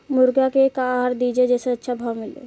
मुर्गा के का आहार दी जे से अच्छा भाव मिले?